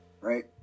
right